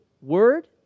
word